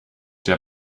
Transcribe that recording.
der